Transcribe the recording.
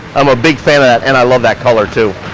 i'm a big fan of that and i love that color too.